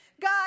God